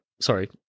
sorry